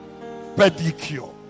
Pedicure